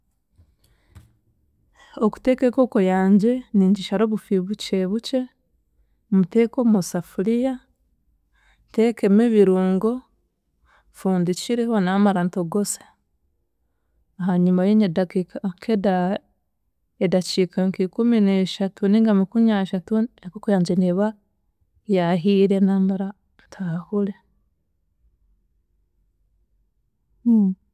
Okuteeka enkoko yangye, ningishara obufi bukye bukye, mbuteeke omu safuriya ntekeemu ebirungo, nfundikireho naamara ntogose, ahaanyima y'enya daakika nk'eda- edaakika nkikumineeshatu ninga makumyashatu, enkoko yagye neeba yaahiire naamara ntaahure.